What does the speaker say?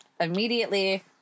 immediately